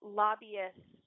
lobbyists